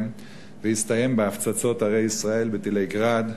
והסתיימה בהפצצות ערי ישראל בטילי "גראד",